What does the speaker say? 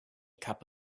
cup